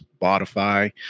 Spotify